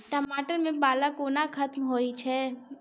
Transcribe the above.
टमाटर मे पाला कोना खत्म होइ छै?